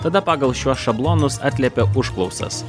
tada pagal šiuos šablonus atliepia užklausas